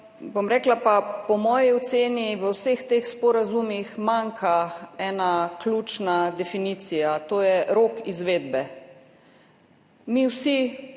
občinami. Po moji oceni v vseh teh sporazumih manjka ena ključna definicija, to je rok izvedbe. Mi vsi,